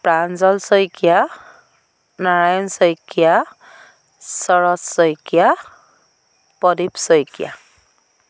Pranjal Saikia Narayan Saikia Sarat Saikia Pradip Saikia